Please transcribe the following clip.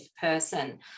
person